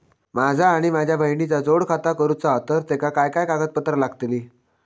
माझा आणि माझ्या बहिणीचा जोड खाता करूचा हा तर तेका काय काय कागदपत्र लागतली?